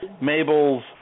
Mabel's